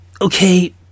okay